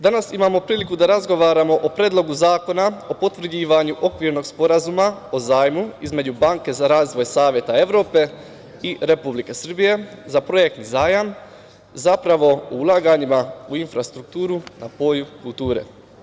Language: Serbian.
Danas imamo priliku da razgovaramo o Predlogu zakona o potvrđivanju Okvirnog sporazuma o zajmu između Banke za razvoj Saveta Evrope i Republike Srbije za projektni zajam, zapravo o ulaganjima u infrastrukturu na polju kulture.